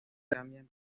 cambian